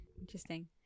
Interesting